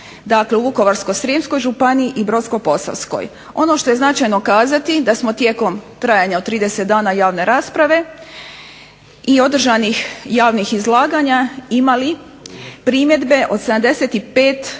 dakle u Vukovarsko-srijemskoj županiji i Brodsko-posavskoj. Ono što je značajno kazati da smo tijekom trajanja od 30 dana javne rasprave i održanih javnih izlaganja imali primjedbe od 75 kako